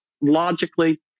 Logically